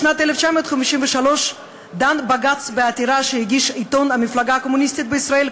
בשנת 1953 דן בג"ץ בעתירה שהגיש עיתון המפלגה הקומוניסטית בישראל,